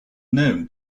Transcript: known